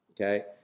Okay